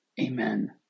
Amen